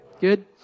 Good